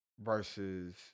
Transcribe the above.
versus